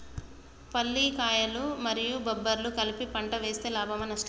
పల్లికాయలు మరియు బబ్బర్లు కలిపి పంట వేస్తే లాభమా? నష్టమా?